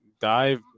dive